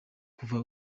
kuva